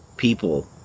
People